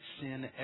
sin